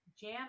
Jan